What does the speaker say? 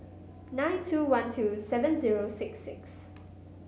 nine two one two seven zero six six